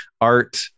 art